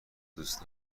دوست